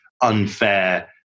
unfair